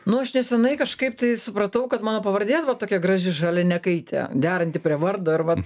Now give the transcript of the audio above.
nu aš nesenai kažkaip tai supratau kad mano pavardė va tokia graži žalianekaitė deranti prie vardo ir vat